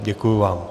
Děkuji vám.